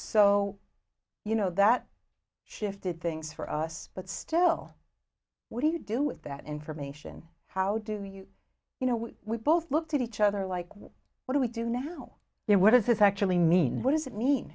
so you know that shifted things for us but still what do you do with that information how do you you know we both looked at each other like what do we do now and what does it actually mean what does it mean